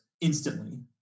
instantly